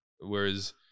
Whereas